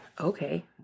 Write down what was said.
okay